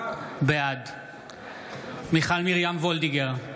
בעד מיכל מרים וולדיגר,